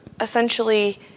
essentially